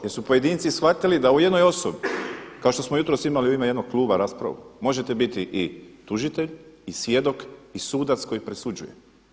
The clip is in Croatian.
Jer su pojedinci shvatili da u jednoj osobi kao što smo jutros imali u ime jednog kluba raspravu možete biti i tužitelj i svjedok i sudac koji presuđuje.